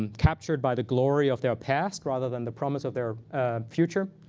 and captured by the glory of their past rather than the promise of their future.